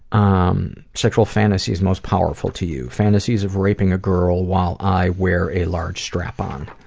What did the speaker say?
um sexual fantasies most powerful to you, fantasies of raping a girl while i wear a large strap-on.